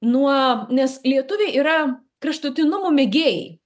nuo nes lietuviai yra kraštutinumų mėgėjai